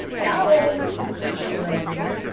dogs? winced the lay reader.